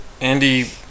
Andy